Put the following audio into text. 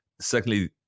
Secondly